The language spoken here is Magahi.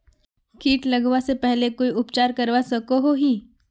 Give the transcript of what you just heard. किट लगवा से पहले कोई उपचार करवा सकोहो ही?